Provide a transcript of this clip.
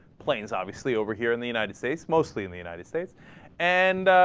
planes obviously over here in the united states mostly in the united states and